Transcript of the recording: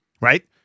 right